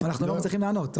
אבל אנחנו לא מצליחים לענות.